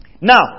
Now